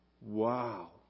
Wow